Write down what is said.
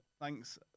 thanks